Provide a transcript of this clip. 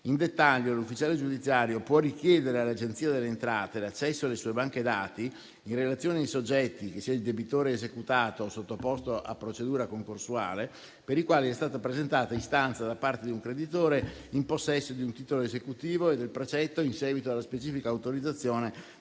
In dettaglio, l'ufficiale giudiziario può richiedere all'Agenzia delle entrate l'accesso alle sue banche dati in relazione a soggetti, che siano il debitore esecutato o sottoposto a procedura concorsuale, per i quali è stata presentata istanza da parte di un creditore in possesso di un titolo esecutivo e del precetto, in seguito alla specifica autorizzazione